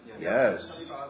Yes